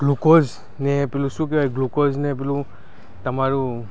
ગ્લુકોઝને પેલું શું કહેવાય ગ્લુકોઝને પેલું તમારું